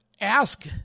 ask